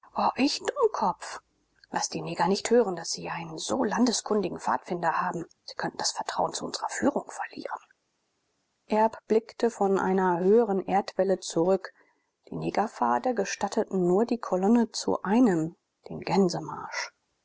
ich dummkopf laß die neger nicht hören daß sie einen so landeskundigen pfadfinder haben sie könnten das vertrauen zu unserer führung verlieren erb blickte von einer höheren erdwelle zurück die negerpfade gestatten nur die kolonne zu einem den gänsemarsch